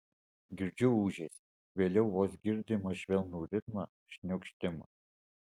girdžiu ūžesį vėliau vos girdimą švelnų ritmą šniokštimą